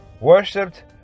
worshipped